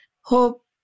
hope